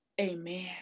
Amen